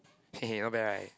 hehe not bad right